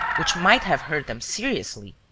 which might have hurt them seriously.